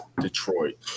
Detroit